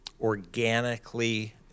organically